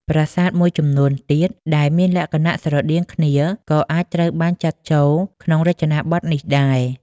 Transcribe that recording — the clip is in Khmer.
ប្រាសាទមួយចំនួនទៀត ដែលមានលក្ខណៈស្រដៀងគ្នាក៏អាចត្រូវបានចាត់ចូលក្នុងរចនាបថនេះដែរ។